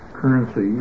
currency